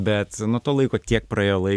bet nuo to laiko kiek praėjo lai